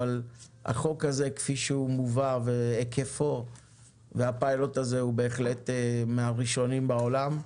אבל החוק הזה כפי שהוא מובא והיקפו הוא מהראשונים בעולם,